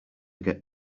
get